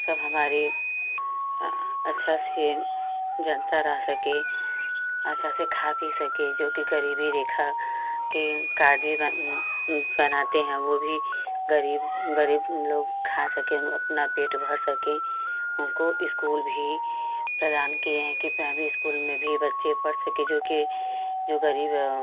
सब हमारे अच्छा से जनता रह सके अच्छा से खा पी सके जोकि गरीबी रेखा के कार्ड भी बन बनाते हैं वो भी गरीब गरीब लोग खा सके उन अपना पेट भर सकें उनको इस्कूल भी प्रदान किए हैं कि प्राइमरी इस्कूल में भी बच्चे पढ़ सके जो कि जो गरीब है